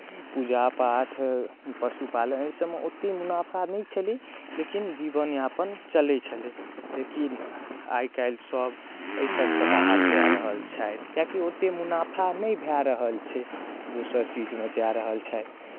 पूजा पाठ पशुपालन एहि सभमे ओतेक मुनाफा नहि छलै लेकिन जीवन यापन चलै छलै लेकिन आइ काल्हि सभ एहि सभसँ बाहर जाए रहल छथि किएकि ओतेक मुनाफा नहि भए रहल छै दोसर चीजमे जा रहल छथि